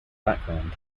background